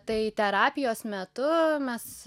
tai terapijos metu mes